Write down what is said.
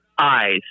eyes